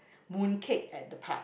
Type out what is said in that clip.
mooncake at the park